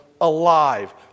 alive